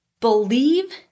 believe